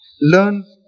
Learn